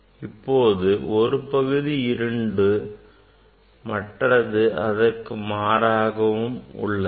இப்போது ஒரு பகுதி இருண்டும் மற்றது அதற்கு மாறாகவும் உள்ளது